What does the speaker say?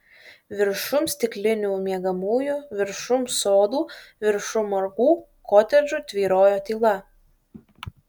viršum stiklinių miegamųjų viršum sodų viršum margų kotedžų tvyrojo tyla